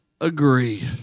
agree